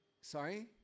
sorry